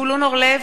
זבולון אורלב,